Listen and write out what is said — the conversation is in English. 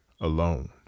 alone